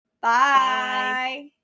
bye